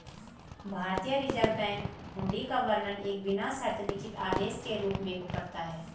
भारतीय Reserve Bank हुंडी का वर्णन एक बिना शर्त लिखित आदेश के रूप में करता है